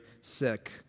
sick